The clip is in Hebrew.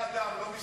מבני-אדם, לא משרים.